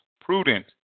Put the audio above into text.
prudent